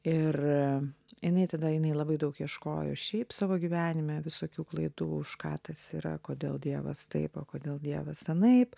ir jinai tada jinai labai daug ieškojo šiaip savo gyvenime visokių klaidų už ką tas yra kodėl dievas taip o kodėl dievas anaip